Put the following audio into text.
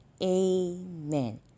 Amen